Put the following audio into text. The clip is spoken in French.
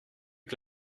que